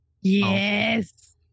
Yes